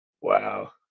Wow